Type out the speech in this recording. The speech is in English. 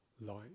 light